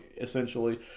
essentially